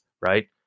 Right